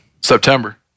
September